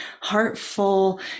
heartful